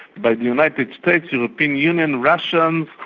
by the united states, european union, russia, um